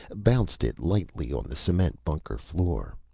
bounced it lightly on the cement bunker floor.